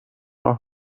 راه